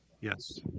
Yes